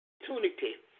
opportunity